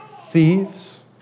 Thieves